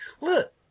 look